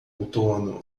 outono